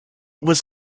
was